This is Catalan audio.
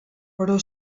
però